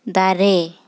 ᱫᱟᱨᱮ